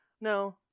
no